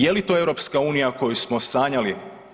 Je li to EU koju smo sanjali?